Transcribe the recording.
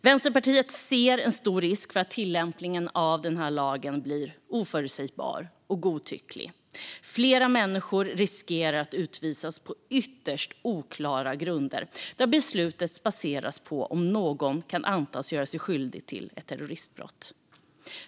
Vänsterpartiet ser en stor risk för att tillämpningen av den nya lagen blir oförutsägbar och godtycklig. Fler människor riskerar att utvisas på ytterst oklara grunder där beslutet baseras på om någon kan antas göra sig skyldig till ett terroristbrott.